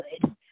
good